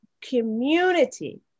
community